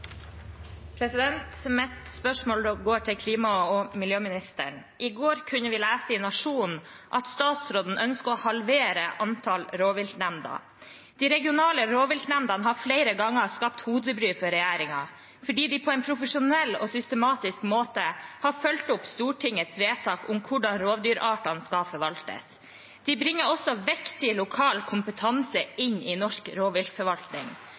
miljøministeren. I går kunne vi lese i Nationen at statsråden ønsker å halvere antall rovviltnemnder. De regionale rovviltnemndene har flere ganger skapt hodebry for regjeringen, fordi de på en profesjonell og systematisk måte har fulgt opp Stortingets vedtak om hvordan rovdyrartene skal forvaltes. De bringer også viktig lokal kompetanse inn i norsk rovviltforvaltning.